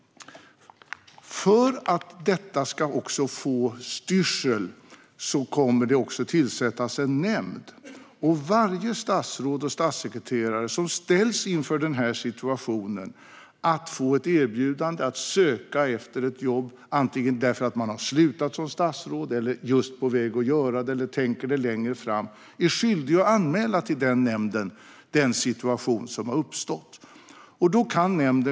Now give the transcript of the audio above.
För att detta ska få styrsel kommer det också att tillsättas en nämnd. Varje statsråd och statssekreterare som ställs inför situationen att få ett erbjudande att söka efter jobb - antingen därför att man har slutat som statsråd eller just är på väg att göra det eller därför att man tänker göra det längre fram - är skyldig att anmäla den situation som har uppstått till denna nämnd.